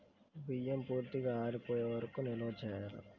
బియ్యం పూర్తిగా ఆరిపోయే వరకు నిల్వ చేయాలా?